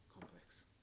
complex